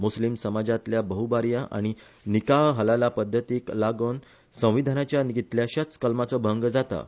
मुस्लिम समाजातल्या बहुभार्या आनी निकाह हलाला पध्दतीक लागोन संविधानाच्या कितल्याश्याच कलमाचो भंग जाता